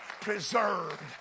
preserved